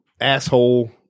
asshole